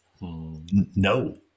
No